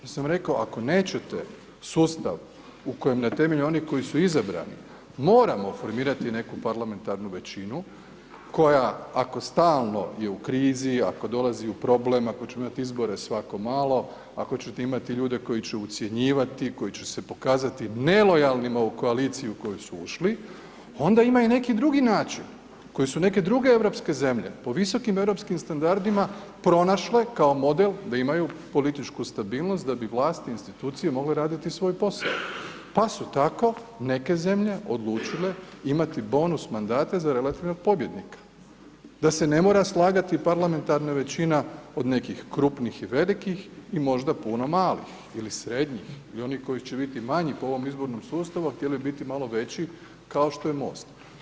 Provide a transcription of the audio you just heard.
Ja sam rekao ako nećete sustav u kojem, na temelju onih koji su izabrani, moramo formirati neku parlamentarnu većinu, koja, ako stalno je u krizi, ako dolazi u problem, ako ćemo imati izbore svako malo, ako ćete imati ljude koji će ucjenjivati, koji će se pokazati nelojalnima u koaliciji u koju su ušli, onda ima i neki drugi način, koje su neke druge europske zemlje, po visokim europskim standardima, pronašle kao model, da imaju političku stabilnost, da bi vlast i institucije mogle raditi svoj posao, pa su tako neke zemlje odlučile imati bonus mandate za relativnog pobjednika, da se ne mora slagati parlamentarna većina od nekih krupnih i velikih i možda puno malih ili srednjih ili onih koji će biti manji po ovom izbornim sustavu, a htjeli bi biti malo veći, kao što je MOST.